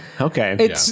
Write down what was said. Okay